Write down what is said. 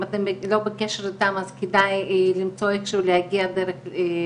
אם אתם לא בקשר איתם אז כדאי למצוא איכשהו להגיע שהם